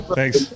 thanks